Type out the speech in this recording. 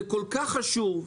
זה כל כך חשוב,